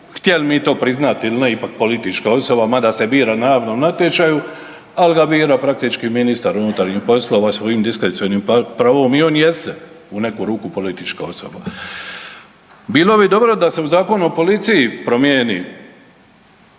htjeli mi to priznati ili ne ipak politička osoba mada se bira na javnom natječaju ali ga bira praktički ministar unutarnjih poslova svojim diskrecionim pravom i on jeste u neku ruku politička osoba. Bilo bi dobro da se u Zakonu o policiji promijeni